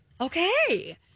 Okay